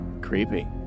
Creepy